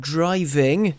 Driving